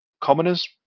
commoners